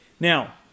Now